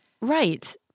Right